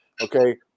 Okay